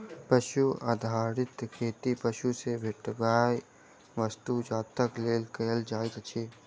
पशु आधारित खेती पशु सॅ भेटैयबला वस्तु जातक लेल कयल जाइत अछि